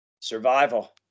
Survival